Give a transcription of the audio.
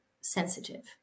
sensitive